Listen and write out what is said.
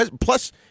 Plus